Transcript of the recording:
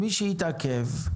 מי שהתעכב,